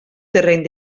terreny